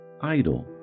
idle